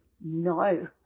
No